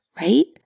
right